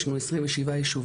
יש לנו 27 יישובים,